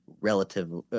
relatively